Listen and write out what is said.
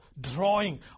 drawing